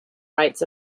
rites